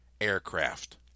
Aircraft